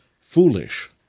foolish